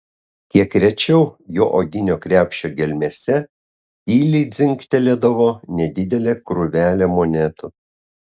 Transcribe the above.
kiek rečiau jo odinio krepšio gelmėse tyliai dzingtelėdavo nedidelė krūvelė monetų